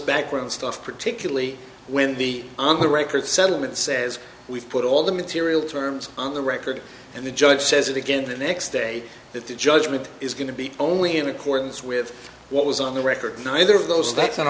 background stuff particularly when the on the record settlement says we've put all the material terms on the record and the judge says it again the next day that the judgment is going to be only in accordance with what was on the record neither of those that's an